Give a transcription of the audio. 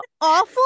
awful